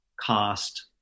cost